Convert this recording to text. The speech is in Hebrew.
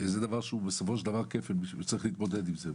זה בסופו של דבר כפל תשלומים וצריך להתמודד עם זה.